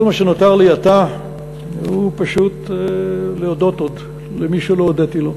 כל מה שנותר לי עתה הוא פשוט להודות עוד למי שלא הודיתי לו.